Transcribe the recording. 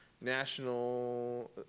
National